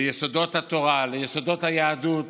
ליסודות התורה, ליסודות היהדות.